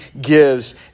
gives